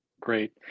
Great